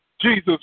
Jesus